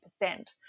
percent